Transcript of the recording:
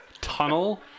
tunnel